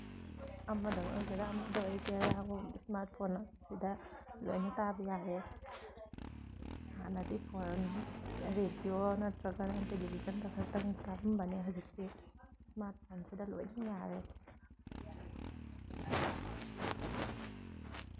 ꯑꯃꯗ ꯑꯣꯏꯒꯦꯔꯥ ꯑꯃꯗ ꯑꯣꯏꯒꯦꯔꯥ ꯏꯁꯃꯥꯔꯠ ꯐꯣꯟ ꯑꯁꯤꯗ ꯂꯣꯏꯅ ꯇꯥꯕ ꯌꯥꯔꯦ ꯍꯥꯟꯅꯗꯤ ꯔꯦꯗꯤꯑꯣ ꯅꯠꯇ꯭ꯔꯒꯅ ꯇꯤꯂꯤꯚꯤꯖꯟꯗ ꯈꯛꯇꯪ ꯇꯥꯔꯝꯕꯅꯤ ꯍꯧꯖꯤꯛꯇꯤ ꯏꯁꯃꯥꯔꯠ ꯐꯣꯟꯁꯤꯗ ꯂꯣꯏꯅ ꯌꯥꯔꯦ